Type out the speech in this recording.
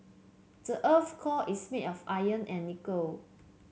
the earth's core is made of iron and nickel